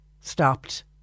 stopped